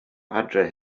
adre